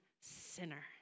sinner